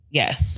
yes